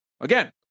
Again